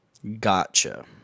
Gotcha